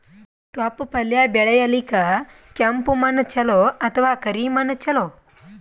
ತೊಪ್ಲಪಲ್ಯ ಬೆಳೆಯಲಿಕ ಕೆಂಪು ಮಣ್ಣು ಚಲೋ ಅಥವ ಕರಿ ಮಣ್ಣು ಚಲೋ?